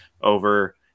over